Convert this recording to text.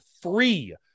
free